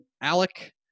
Alec